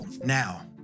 Now